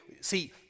see